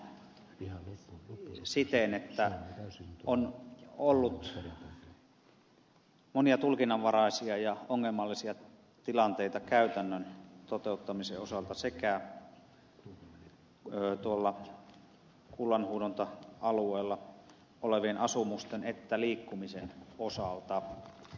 rönnin sanomaa siten että on ollut monia tulkinnanvaraisia ja ongelmallisia tilanteita käytännön toteuttamisen osalta sekä kullanhuuhdonta alueella olevien asumusten että liikkumisen osalta